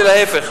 ולהיפך.